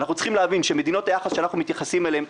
אנחנו צריכים להבין שמדינות היחס שאנחנו מתייחסים אליהן,